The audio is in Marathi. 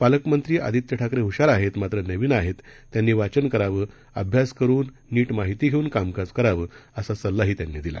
पालकमंत्रीआदित्यठाकरेह्शारआहेत मात्रनवीनआहेत त्यांनीवाचनकरावंअभ्यासकरून नीटमाहितीघेऊनकामकाजकरावं असासल्लाहीत्यांनीदिला